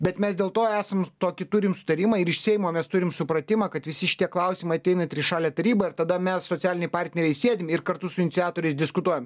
bet mes dėl to esam tokį turim sutarimą ir iš seimo mes turim supratimą kad visi šitie klausimai ateina į trišalę tarybą ir tada mes socialiniai partneriai sėdim ir kartu su iniciatoriais diskutuojam